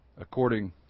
according